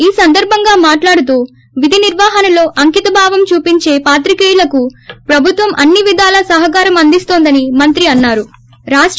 ఈ సందర్భంగా మాట్లాడుతూ విధి నిర్వహణలో అంకిత భావం చూపించే పాత్రికేయులకు ప్రభుత్వం అన్ని విధాలా సహకారం అందిస్తిస్తుందని మంత్రి అన్నా రు